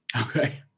Okay